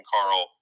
Carl